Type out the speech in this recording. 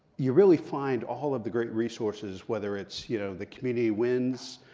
you really find all of the great resources, whether it's you know the community wins